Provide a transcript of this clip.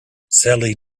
sally